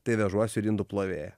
tai vežuosi ir indų plovėja